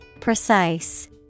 Precise